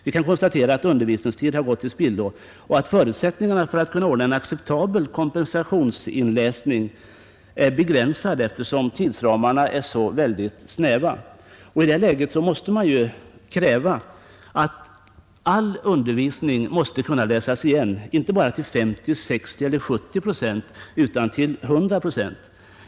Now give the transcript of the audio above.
Vi kan konstatera att undervisningstid har gått till spillo och att förutsättningarna för att ordna en acceptabel kompensationsinläsning är begränsade eftersom tidsramarna är så snäva. Men all undervisning måste kunna tas igen inte bara till 50, 60 eller 70 procent utan till 100 procent.